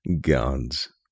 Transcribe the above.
gods